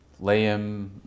Liam